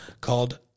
called